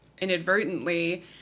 inadvertently